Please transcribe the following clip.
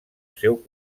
seu